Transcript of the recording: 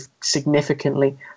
significantly